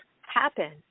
happen